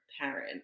parent